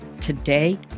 Today